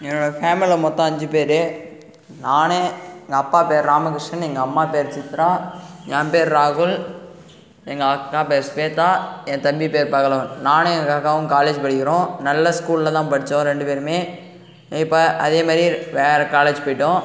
என்னோட ஃபேமிலியில் மொத்தம் அஞ்சு பேர் நான் எங்கள் அப்பா பேர் ராமகிருஷ்ணன் எங்கள் அம்மா பேர் சித்ரா என் பேர் ராகுல் எங்கள் அக்கா பேர் ஸ்வேதா என் தம்பி பேர் பகலவன் நானும் எங்க அக்காவும் காலேஜ் படிக்கிறோம் நல்ல ஸ்கூல்ல தான் படித்தோம் ரெண்டு பேருமே இப்ப அதே மாதிரி வேற காலேஜ் போயிட்டோம்